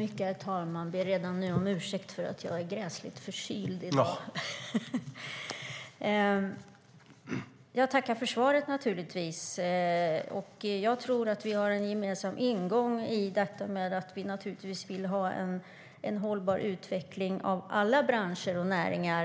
Herr talman! Jag tackar för svaret. Jag tror att vi har en gemensam ingång i att vi naturligtvis vill ha en hållbar utveckling av alla branscher och näringar.